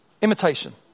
Imitation